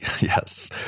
yes